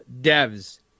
devs